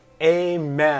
Amen